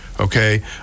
Okay